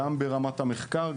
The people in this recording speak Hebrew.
גם ברמת המחקר,